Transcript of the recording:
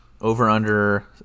Over-under –